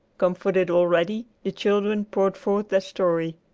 comforted already, the children poured forth their story.